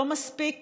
לא מספיק